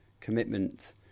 commitment